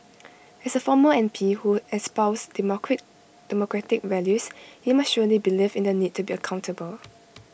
as A former M P who espoused democratic values he must surely believe in the need to be accountable